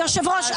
היושב ראש,